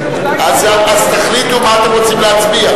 אז תחליטו על מה אתם רוצים להצביע.